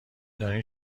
دارین